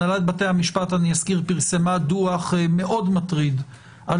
הנהלת בתי המשפט פרסמה דוח מאוד מטריד על